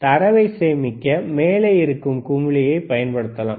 தரவைச் சேமிக்க மேலே இருக்கும் குமிழியை பயன்படுத்தலாம்